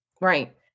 Right